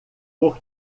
por